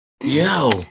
Yo